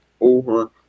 over